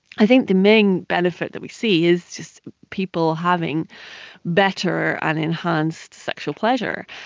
i think the main benefit that we see is just people having better and enhanced sexual pleasure.